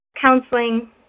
counseling